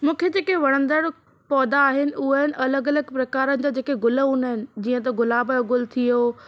मूंखे जेके वणंदड़ पौधा आहिनि उहा आहिनि अलॻि अलॻि प्रकार जा जेका गुल हूंदा आहिनि जीअं त गुलाब जो गुल थी वियो